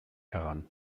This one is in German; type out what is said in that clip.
heran